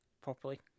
properly